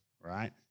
Right